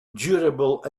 durable